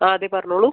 ആ അതെ പറഞ്ഞോളൂ